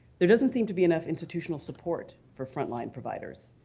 there doesn't seem to be enough institutional support for frontline providers.